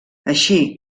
així